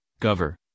cover